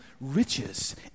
riches